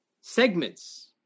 Segments